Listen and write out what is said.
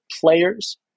players